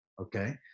Okay